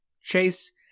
Chase